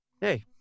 hey